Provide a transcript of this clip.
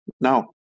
No